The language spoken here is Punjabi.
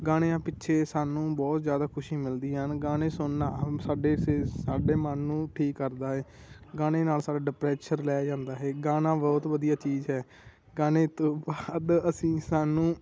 ਗਾਣਿਆਂ ਪਿੱਛੇ ਸਾਨੂੰ ਬਹੁਤ ਜ਼ਿਆਦਾ ਖੁਸ਼ੀ ਮਿਲਦੀ ਹਨ ਗਾਣੇ ਸੁਣਣਾ ਆਮ ਸਾਡੇ ਸੇ ਸਾਡੇ ਮਨ ਨੂੰ ਠੀਕ ਕਰਦਾ ਹੈ ਗਾਣੇ ਨਾਲ ਸਾਡਾ ਡਿਪਰੈਸ਼ਰ ਲਹਿ ਜਾਂਦਾ ਹੈ ਗਾਣਾ ਬਹੁਤ ਵਧੀਆ ਚੀਜ਼ ਹੈ ਗਾਣੇ ਤੋਂ ਬਾਅਦ ਅਸੀਂ ਸਾਨੂੰ